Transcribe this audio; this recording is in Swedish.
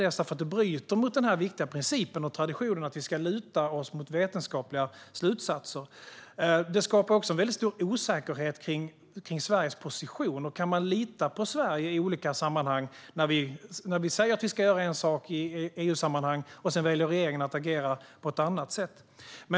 Det bryter mot den viktiga principen och traditionen att vi ska luta oss mot vetenskapliga slutsatser. Det skapar också stor osäkerhet om Sveriges position. Kan man lita på Sverige i olika sammanhang när vi säger att vi ska göra en sak i EU-sammanhang och regeringen sedan väljer att agera på ett annat sätt?